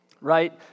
right